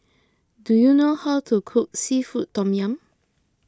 do you know how to cook Seafood Tom Yum